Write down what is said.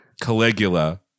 caligula